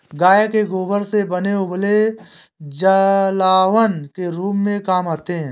गाय के गोबर से बने उपले जलावन के रूप में काम आते हैं